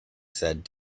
said